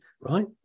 right